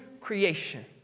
creation